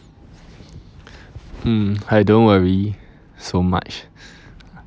mm I don't worry so much